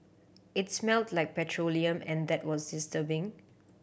it smelt like petroleum and that was disturbing